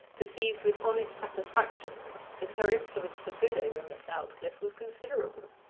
perceived with honest satisfaction that her influence for good over miss aldclyffe was considerable.